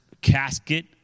casket